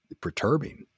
perturbing